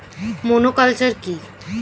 Monoculture কি?